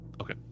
Okay